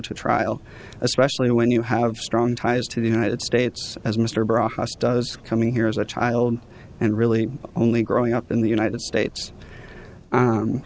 to trial especially when you have strong ties to the united states as mr bras does coming here as a child and really only growing up in the united states